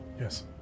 Yes